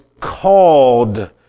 called